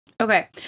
Okay